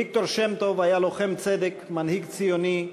ויקטור שם-טוב היה לוחם צדק, מנהיג ציוני,